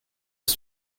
ist